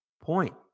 point